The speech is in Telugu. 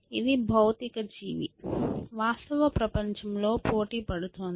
ఇది భౌతిక జీవి వాస్తవ ప్రపంచంలో పోటీ పడుతోంది